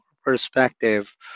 perspective